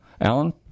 Alan